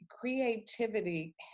creativity